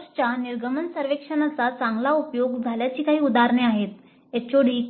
कोर्सच्या निर्गमन सर्वेक्षणाचा चांगला उपयोग झाल्याची काही उदाहरणे आहेत एचओडी